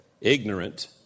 ignorant